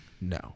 no